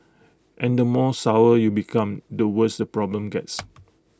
and the more sour you become the worse the problem gets